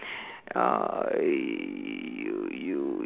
uh you you